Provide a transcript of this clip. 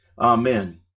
Amen